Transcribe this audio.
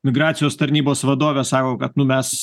migracijos tarnybos vadovė sako kad nu mes